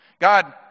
God